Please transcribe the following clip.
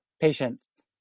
patience